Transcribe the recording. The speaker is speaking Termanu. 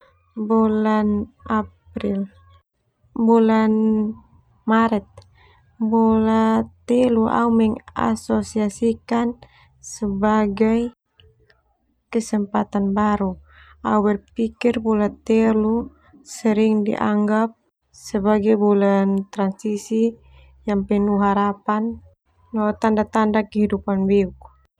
Bulan April bulan Maret bula telu au mengasosiasikan sebagai kesempatan baru. Au berpikir bula telu sering dianggap sebagai bulan transisi yang penuh harapan no tanda tanda kehidupan beuk.